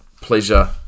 pleasure